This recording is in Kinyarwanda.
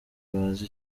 bazi